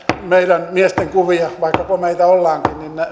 meidän miestemme kuvia vaikka komeita olemmekin